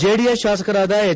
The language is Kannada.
ಜೆಡಿಎಸ್ ಶಾಸಕರಾದ ಹೆಚ್